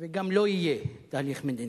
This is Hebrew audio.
וגם לא יהיה תהליך מדיני.